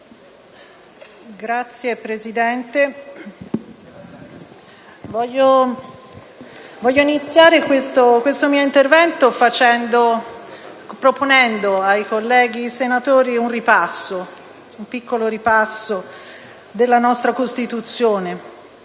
Signor Presidente, vorrei iniziare questo mio intervento proponendo ai colleghi senatori un piccolo ripasso della nostra Costituzione.